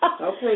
Okay